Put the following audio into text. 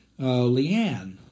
Leanne